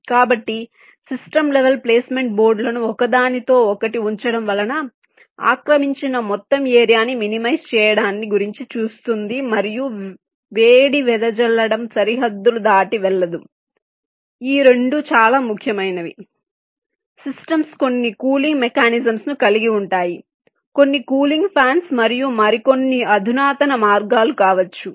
కాబట్టి system level placement బోర్డులను ఒకదానితో ఒకటి ఉంచడం వలన ఆక్రమించిన మొత్తం ఏరియాని మినిమైజ్ చేయడాన్ని గురించి చూస్తుంది మరియు వేడి వెదజల్లడం సరిహద్దులు దాటి వెళ్ళదు ఈ రెండూ చాలా ముఖ్యమైనవి సిస్టమ్స్ కొన్ని కూలింగ్ మెకానిజంస్ ను కలిగి ఉంటాయి కొన్ని కూలింగ్ ఫ్యాన్స్ మరియు మరికొన్ని అధునాతన మార్గాలు కావచ్చు